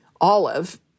Olive